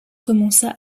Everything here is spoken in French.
commença